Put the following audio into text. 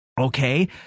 Okay